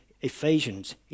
Ephesians